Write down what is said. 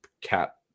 cat